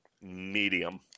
medium